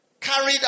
Carried